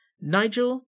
Nigel